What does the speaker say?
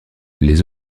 les